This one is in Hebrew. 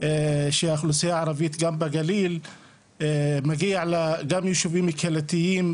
שהאוכלוסייה הערבית גם בגליל מגיע לה גם יישובים קהילתיים,